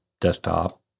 desktop